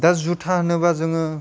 दा जुथा होनोबा जोङो